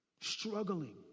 Struggling